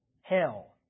Hell